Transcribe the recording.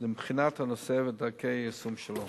לבחינת הנושא ודרכי היישום שלו.